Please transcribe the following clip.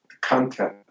content